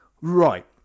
Right